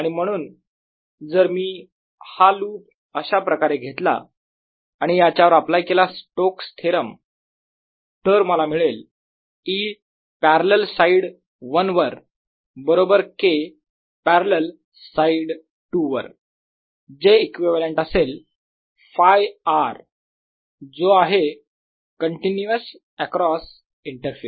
आणि म्हणून जर मी हा लुप अशाप्रकारे घेतला आणि याच्यावर अप्लाय केला स्टॉक्स थेरम Stokes' theorem तर मला मिळेल E पॅरलल साईड 1 वर बरोबर K पॅरलल साईड 2 वर जे इक्विव्हॅलेंट असेल Φ r जो आहे कंटीन्यूअस अक्रॉस इंटरफेस